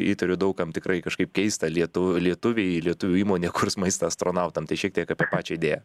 įtariu daug kam tikrai kažkaip keista lietu lietuviai lietuvių įmonė kurs maistą astronautam tai šiek tiek apie pačią idėją